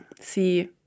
see